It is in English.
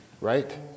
right